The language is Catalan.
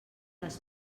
les